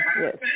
Yes